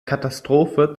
katastrophe